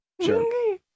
sure